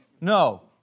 No